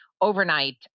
overnight